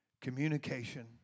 communication